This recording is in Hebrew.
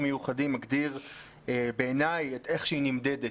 מיוחדים מגדיר בעיני את איך שהיא נמדדת.